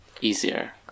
easier